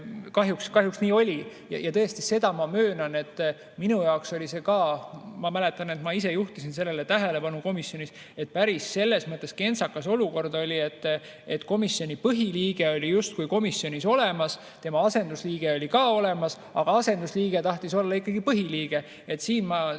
Kahjuks nii oli. Ja seda ma möönan, et minu jaoks oli see ka – ma mäletan, et ma ise juhtisin sellele tähelepanu komisjonis – päris kentsakas olukord, et komisjoni põhiliige oli komisjonis olemas, tema asendusliige oli ka olemas, aga asendusliige tahtis olla ikkagi põhiliige. Minu